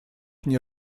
nie